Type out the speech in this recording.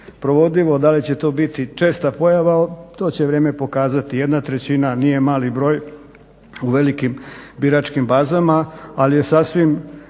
provedivo, da li će to biti česta pojava to će vrijeme pokazati, jedna trećina nije mali broj u velikim biračkim bazama, ali je sasvim